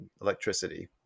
electricity